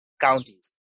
counties